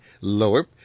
lower